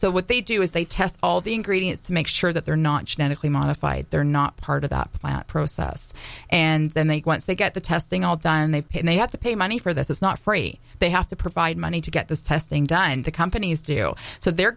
so what they do is they test all the ingredients to make sure that they're not genetically modified they're not part of that plant process and then they once they get the testing all done they've paid they have to pay money for this it's not free they have to provide money to get this testing done the companies do so they're